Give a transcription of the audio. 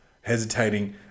hesitating